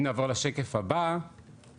אם נעבור לשקף הבא,